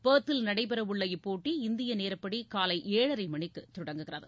ீநசவா ல் நடைபெறவுள்ள இப்போட்டி இந்திய நேரப்படி காலை ஏழரை மணிக்கு தொடங்குகிறது